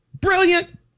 Brilliant